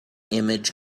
image